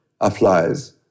applies